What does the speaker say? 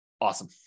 Awesome